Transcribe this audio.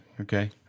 Okay